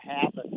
happen